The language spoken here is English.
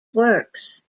works